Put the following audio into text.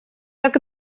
так